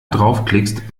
draufklickst